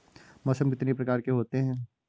मौसम कितनी प्रकार के होते हैं?